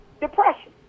depression